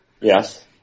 Yes